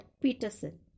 Peterson